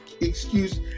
excuse